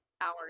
hours